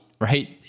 right